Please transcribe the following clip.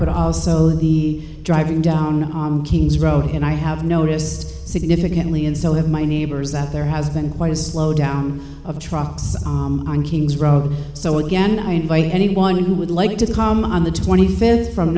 but also the driving down kings road and i have noticed significantly in so have my neighbors that there has been quite a slow down of trucks on king's route so again i invite anyone who would like to come on the twenty fifth from